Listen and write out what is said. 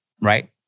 right